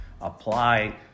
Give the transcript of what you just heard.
apply